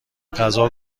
غذا